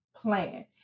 plan